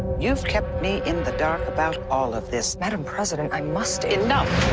you've kept me in the dark about all of this. madam president i must enough.